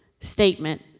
statement